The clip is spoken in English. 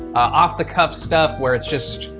off-the-cuff stuff where it's just,